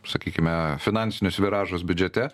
sakykime finansinius viražus biudžete